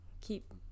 keep